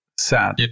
sad